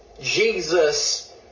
Jesus